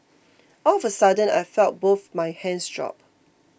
all of a sudden I felt both my hands drop